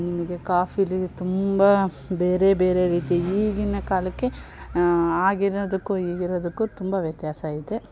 ನಿಮಗೆ ಕಾಫಿಲಿ ತುಂಬ ಬೇರೆ ಬೇರೆ ರೀತಿ ಈಗಿನ ಕಾಲಕ್ಕೆ ಆಗಿರೋದಕ್ಕೂ ಈಗಿರೋದಕ್ಕೂ ತುಂಬ ವ್ಯತ್ಯಾಸ ಇದೆ